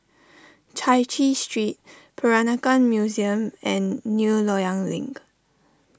Chai Chee Street Peranakan Museum and New Loyang Link